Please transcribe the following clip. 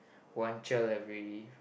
one child every